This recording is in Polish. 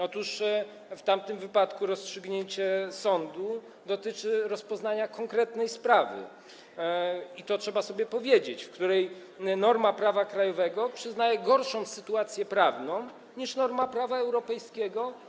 Otóż w tamtym wypadku rozstrzygnięcie sądu dotyczy rozpoznania konkretnej sprawy, i to trzeba sobie powiedzieć, w której norma prawa krajowego stawia stronę postępowania w gorszej sytuacji prawnej niż norma prawa europejskiego.